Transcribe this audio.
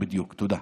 תודה.